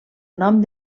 nom